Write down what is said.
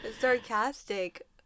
Sarcastic